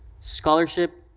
scholarship,